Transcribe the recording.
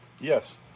Yes